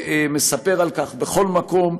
ומספר על כך בכל מקום.